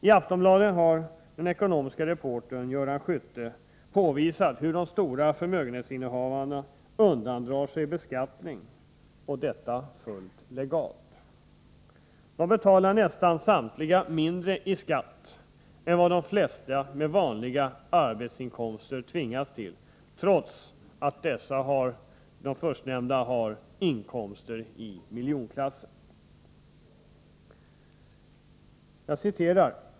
I Aftonbladet har den ekonomiske reportern Göran Skytte påvisat hur de som har stora förmögenheter undandrar sig beskattning, och det fullt legalt. De betalar nästan samtliga mindre i skatt än vad de flesta med vanliga arbetsinkomster tvingas till, trots att de förstnämnda har inkomster i miljonklassen.